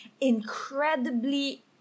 incredibly